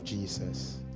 Jesus